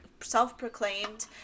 self-proclaimed